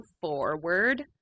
forward